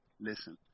Listen